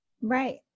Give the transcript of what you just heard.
Right